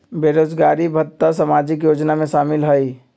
बेरोजगारी भत्ता सामाजिक योजना में शामिल ह ई?